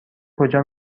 کجا